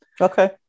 Okay